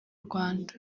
rwanda